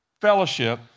fellowship